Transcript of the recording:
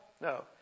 No